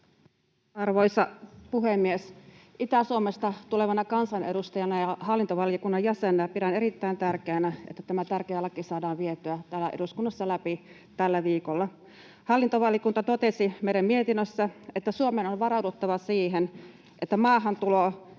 Arvoisa puhemies! Itä-Suomesta tulevana kansanedustajana ja hallintovaliokunnan jäsenenä pidän erittäin tärkeänä, että tämä tärkeä laki saadaan vietyä täällä eduskunnassa läpi tällä viikolla. Hallintovaliokunta totesi meidän mietinnössämme, että Suomen on varauduttava siihen, että maahantulon